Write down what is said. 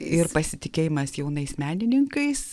ir pasitikėjimas jaunais menininkais